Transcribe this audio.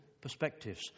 perspectives